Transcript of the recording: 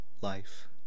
Life